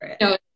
No